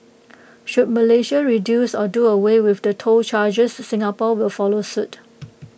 should Malaysia reduce or do away with the toll charges Singapore will follow suit